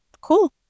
cool